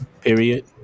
period